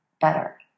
better